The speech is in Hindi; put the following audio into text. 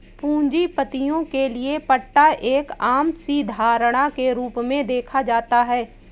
पूंजीपतियों के लिये पट्टा एक आम सी धारणा के रूप में देखा जाता है